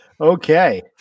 Okay